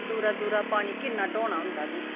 दूरा दूरा पानी किन्ना ढोना होंदा फ्ही